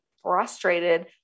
frustrated